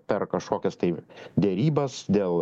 per kažkokias tai derybas dėl